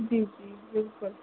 जी जी बिल्कुलु